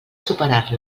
superar